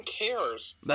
cares